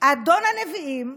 אדון הנביאים,